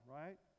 right